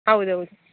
ಹೌದೌದು